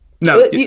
No